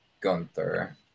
Gunther